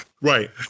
Right